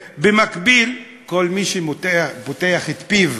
ובמקביל, כל מי שפותח את פיו,